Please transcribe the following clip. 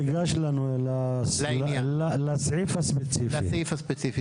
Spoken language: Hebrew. תתייחס לסעיף הספציפי.